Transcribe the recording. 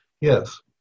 Yes